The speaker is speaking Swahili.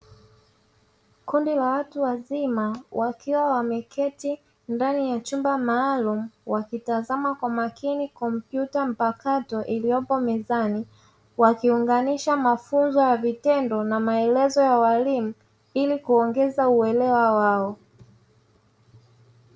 Kundi la watu wazima wakiwa wameketi ndani ya chumba maalumu, wakitazama kwa makini kompyuta mpakato, iliyopo mezani wakiunganisha mafunzo ya vitendo na maelezo ya walimu ili kuongeza uelewa wao.